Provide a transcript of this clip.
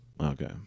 Okay